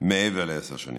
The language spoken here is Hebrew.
מעבר לעשר שנים.